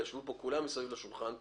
ישבו כאן כולם מסביב לשולחן,